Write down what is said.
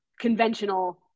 conventional